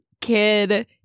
kid